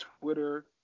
Twitter